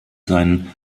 seinen